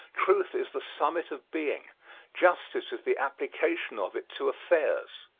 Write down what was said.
truth is the summit of being justice is the application of it to affairs.